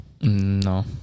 no